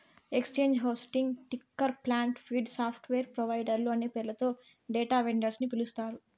exchange hosting, ticker plant, feed, software ప్రొవైడర్లు అనే పేర్లతో డేటా వెండర్స్ ని పిలుస్తారు